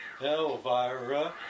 Elvira